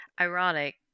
ironic